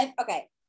okay